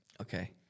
Okay